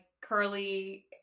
curly